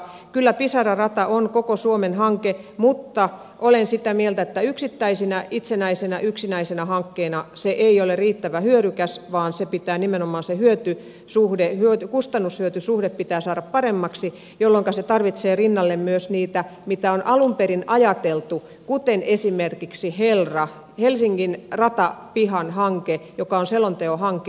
kyllä pisara rata on koko suomen hanke mutta olen sitä mieltä että yksittäisenä itsenäisenä yksinäisenä hankkeena se ei ole riittävän hyödykäs vaan nimenomaan kustannushyöty suhde pitää saada paremmaksi jolloinka se tarvitsee rinnalleen myös niitä mitä on alun perin ajateltu kuten esimerkiksi helra helsingin ratapihan hanke joka on selonteon hanke